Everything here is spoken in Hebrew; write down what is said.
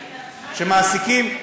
שמעסיקים,